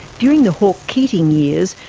during the hawke keating years,